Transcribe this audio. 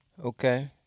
Okay